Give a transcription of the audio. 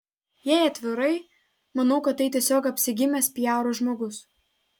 jei atvirai manau kad tai tiesiog apsigimęs piaro žmogus